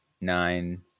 nine